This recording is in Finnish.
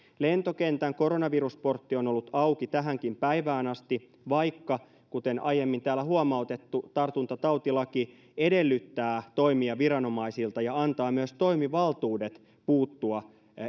lentokentän koronavirusportti on ollut auki tähänkin päivään asti vaikka kuten aiemmin täällä on huomautettu tartuntatautilaki edellyttää toimia viranomaisilta ja antaa myös toimivaltuudet puuttua